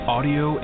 Audio